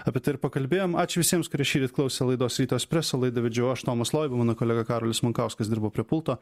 apie tai ir pakalbėjom ačiū visiems kurie šįryt klausė laidos ryto espreso laidą vedžiau aš tomas loiba mano kolega karolis mankauskas dirbo prie pulto